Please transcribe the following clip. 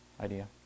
idea